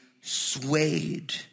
swayed